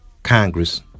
Congress